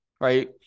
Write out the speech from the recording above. right